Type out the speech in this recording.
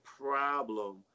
problem